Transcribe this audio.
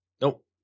Nope